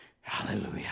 Hallelujah